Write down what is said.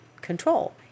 control